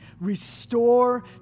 Restore